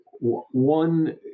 one